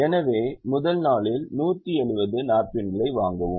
எனவே முதல் நாளில் 170 நாப்கின்களை வாங்கவும்